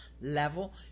level